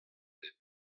eus